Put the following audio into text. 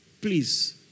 Please